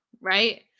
right